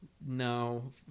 no